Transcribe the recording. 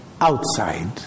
outside